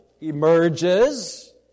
emerges